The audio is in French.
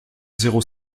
zéro